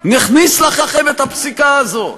נכניס לכם את הפסיקה הזאת.